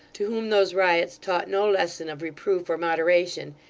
to whom those riots taught no lesson of reproof or moderation,